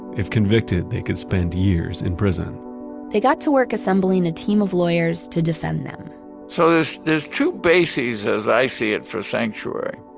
if convicted, they can spend years in prison they got to work assembling a team of lawyers to defend them so there's there's two bases, as i see it, for sanctuary.